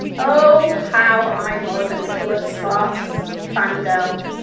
oh, how i was a nicholas sparks fan girl.